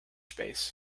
space